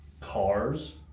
cars